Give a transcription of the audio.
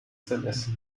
sms